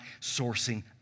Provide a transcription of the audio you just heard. sourcing